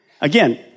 Again